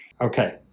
Okay